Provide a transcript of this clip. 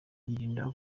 yirinda